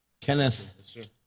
Kenneth